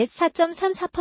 4.34%